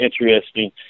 interesting